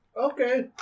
Okay